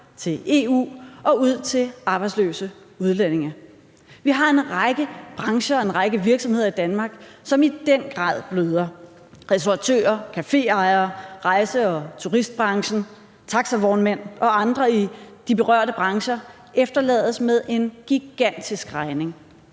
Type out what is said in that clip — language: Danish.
til EU og ud til arbejdsløse udlændinge. Vi har en række brancher og en række virksomheder i Danmark, som i den grad bløder. Restauratører, caféejere, rejse- og turistbranchen, taxavognmænd og andre i de berørte brancher efterlades med en gigantisk regning.